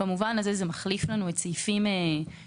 במובן הזה, זה מחליף את סעיף 3